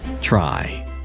Try